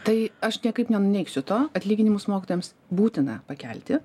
tai aš niekaip nenuneigsiu to atlyginimus mokytojams būtina pakelti